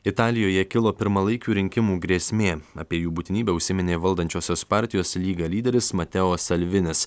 italijoje kilo pirmalaikių rinkimų grėsmė apie jų būtinybę užsiminė valdančiosios partijos lyga lyderis mateo salvinis